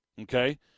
Okay